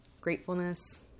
gratefulness